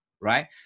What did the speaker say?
right